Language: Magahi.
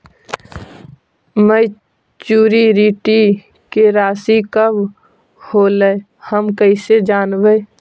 मैच्यूरिटी के रासि कब होलै हम कैसे जानबै?